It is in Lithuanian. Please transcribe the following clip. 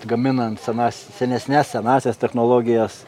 gaminant senas senesnes senąsias technologijas